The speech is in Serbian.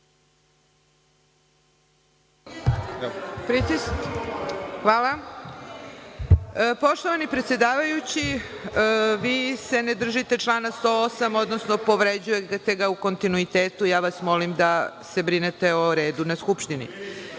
Hvala. Poštovani predsedavajući, vi se ne držite člana 108. odnosno povređujete ga u kontinuitetu. Ja vas molim da se brinete o redu na Skupštini. Prvo,